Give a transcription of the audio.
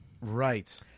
Right